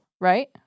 right